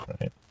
right